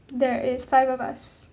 there is five of us